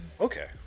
Okay